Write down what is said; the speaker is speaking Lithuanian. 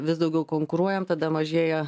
vis daugiau konkuruojam tada mažėja